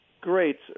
Great